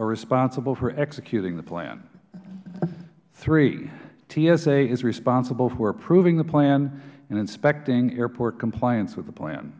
are responsible for executing the plan three tsa is responsible for approving the plan and inspecting airport compliance with the plan